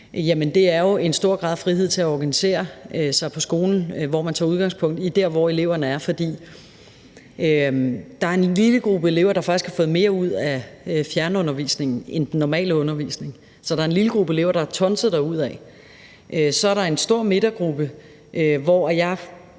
jo er en stor grad af frihed til at organisere sig på skolen, hvor man tager udgangspunkt i, hvor eleverne er. For der er en lille gruppe af elever, der faktisk har fået mere ud af fjernundervisningen end den normale undervisning. Så der er en lille gruppe elever, der har tonset derudad. Så er der en stor midtergruppe, hvor jeg